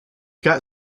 got